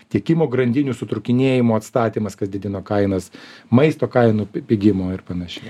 tiekimo grandinių sutrūkinėjimo atstatymas kas didino kainas maisto kainų pigimo ir panašiai